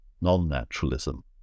non-naturalism